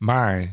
Maar